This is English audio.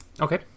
Okay